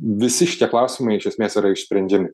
visi šitie klausimai iš esmės yra išsprendžiami